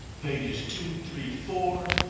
pages two, three, four,